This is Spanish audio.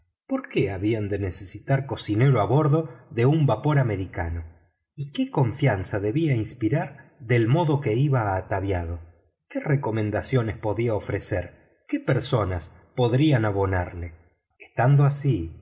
qué habían de necesitar cocinero a bordo de un vapor americano y qué confianza debía inspirar del modo que iba ataviado qué recomendaciones podía ofrecer qué personas podrían ayudarle estando así